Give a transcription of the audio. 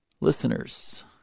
listeners